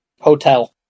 Hotel